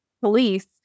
police